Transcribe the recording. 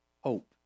hope